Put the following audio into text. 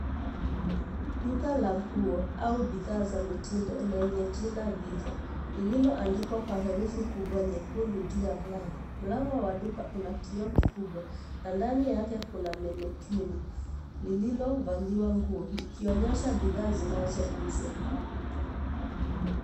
Duka la nguo au bidhaa za mitindo lenye jina Vivo lililoandikwa kwa herufi kubwa nyekundu juu ya mlango, mlango wa duka una kioo kikubwa na ndani yake kuna mannequin (cs) lililovaliwa nguo likionyesha bidhaa zinazouzwa.